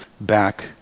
back